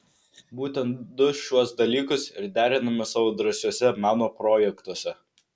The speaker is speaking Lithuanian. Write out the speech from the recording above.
būtent du šiuos dalykus ir deriname savo drąsiuose meno projektuose